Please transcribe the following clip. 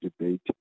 debate